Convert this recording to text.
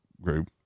group